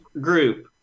group